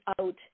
out